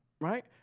Right